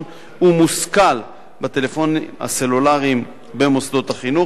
ומושכל בטלפונים הסלולריים במוסדות החינוך,